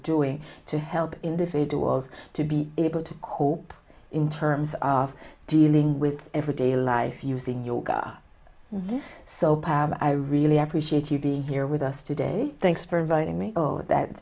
doing to help individuals to be able to cope in terms of dealing with everyday life using your god there so i really appreciate you being here with us today thanks for inviting me oh that